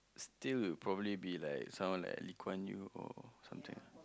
still would probably be like someone like Lee-Kuan-Yew or something ah